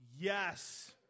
Yes